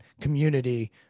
community